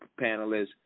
panelists